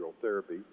therapy